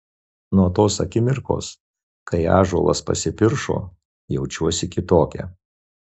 nuo tos akimirkos kai ąžuolas pasipiršo jaučiuosi kitokia